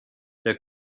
der